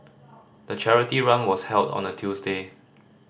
the charity run was held on a Tuesday